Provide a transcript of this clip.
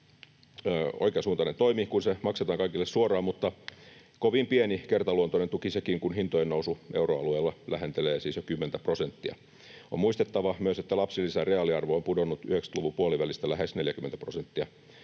oikeansuuntainen toimi, kun se maksetaan kaikille suoraan, mutta kovin pieni kertaluontoinen tuki sekin, kun hintojen nousu euroalueella lähentelee siis jo 10:tä prosenttia. On muistettava myös, että lapsilisän reaaliarvo on pudonnut 90-luvun puolivälistä lähes 40 prosenttia